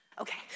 Okay